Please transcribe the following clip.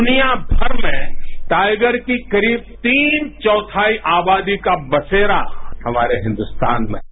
दृनिया भर में टाइगर की करीब तीन चौथाई आबादी का बसेरा हमारे हिंदुस्तान में है